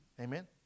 Amen